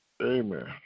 Amen